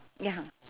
ya